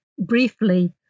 briefly